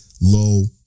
low